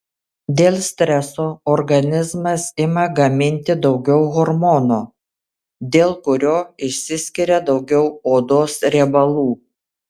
dėl streso organizmas ima gaminti daugiau hormono dėl kurio išsiskiria daugiau odos riebalų